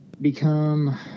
become